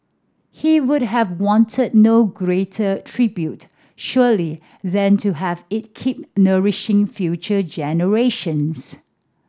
he would have wanted no greater tribute surely than to have it keep nourishing future generations